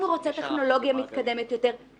אם הוא רוצה טכנולוגיה מתקדמת יותר.